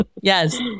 yes